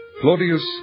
Claudius